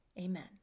amen